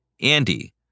Andy